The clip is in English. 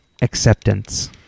Acceptance